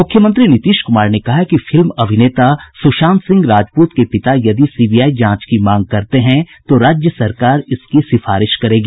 मुख्यमंत्री नीतीश कुमार ने कहा है कि फिल्म अभिनेता सुशांत सिंह राजपूत के पिता यदि सीबीआई जांच की मांग करते हैं तो राज्य सरकार इसकी सिफारिश करेगी